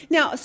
Now